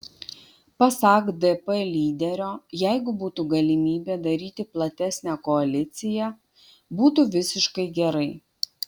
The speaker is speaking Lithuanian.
pasak dp lyderio jeigu būtų galimybė daryti platesnę koaliciją būtų visiškai gerai